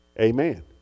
Amen